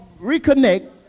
reconnect